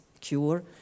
cure